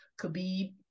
Khabib